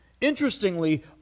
interestingly